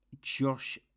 Josh